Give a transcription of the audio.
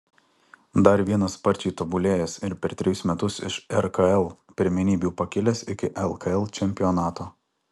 dar vienas sparčiai tobulėjęs ir per trejus metus iš rkl pirmenybių pakilęs iki lkl čempionato